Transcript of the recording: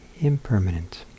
Impermanent